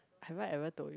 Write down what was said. have I ever told you